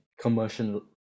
commercial